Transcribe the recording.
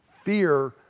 Fear